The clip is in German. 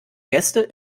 gäste